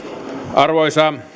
arvoisa